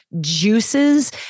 juices